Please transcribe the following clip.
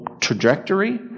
Trajectory